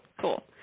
cool